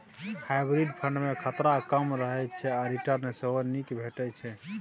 hybrid fund मे खतरा कम रहय छै आ रिटर्न सेहो नीक भेटै छै